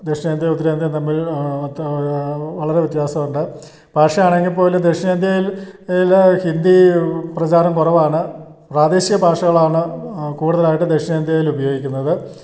ദക്ഷിണേന്ത്യയും ഉത്തരേന്ത്യയും തമ്മിൽ വളരെ വ്യത്യാസം ഉണ്ട് ഭാഷ ആണെങ്കിൽപ്പോലും ദക്ഷിണേന്ത്യയിൽ ഹിന്ദി പ്രചാരം കുറവാണ് പ്രാദേശിക ഭാഷകളാണ് കൂടുതലായിട്ട് ദക്ഷിണേന്ത്യയിൽ ഉപയോഗിക്കുന്നത്